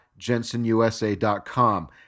jensenusa.com